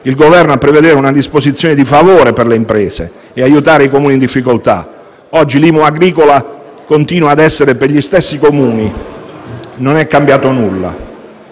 il Governo a prevedere una disposizione di favore per le imprese e aiutare i Comuni in difficoltà (ma oggi continua a vigere per gli stessi Comuni e non è cambiato nulla).